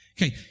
Okay